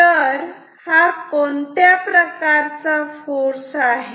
तर हा कोणत्या प्रकारचा फोर्स आहे